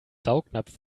saugnapf